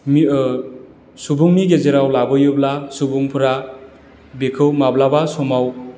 सुबुंनि गेजेराव लाबोयोब्ला सुबुंफ्रा बेखौ माब्लाबा समाव